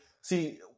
see